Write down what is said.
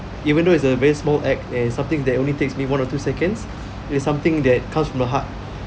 even though it's a very small act and something that only takes me one or two seconds there's something that comes from the heart